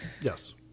yes